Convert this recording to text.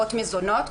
לרבות מזונות,